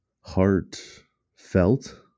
heartfelt